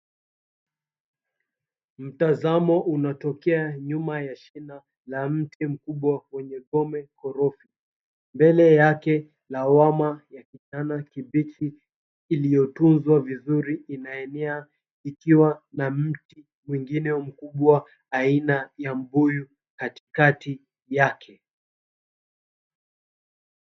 Mtazamo unatokea nyuma ya shina la mti mkubwa kwenye gome korofi. Mbele yake lawama ya kitana kibichi iliyotunzwa vizuri inaenea ikiwa na mti mwingine mkubwa aina ya mbuyu katikati yake.